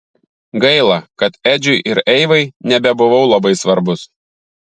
gaila kad edžiui ir eivai nebebuvau labai svarbus